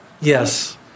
Yes